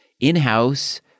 in-house